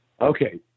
okay